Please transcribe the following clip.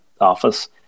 office